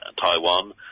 Taiwan